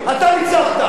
אתה ניצחת,